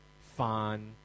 fun